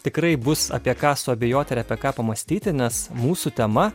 tikrai bus apie ką suabejoti ir apie ką pamąstyti nes mūsų tema